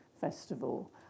Festival